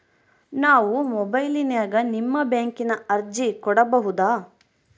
ನಾವು ಮೊಬೈಲಿನ್ಯಾಗ ನಿಮ್ಮ ಬ್ಯಾಂಕಿನ ಅರ್ಜಿ ಹಾಕೊಬಹುದಾ?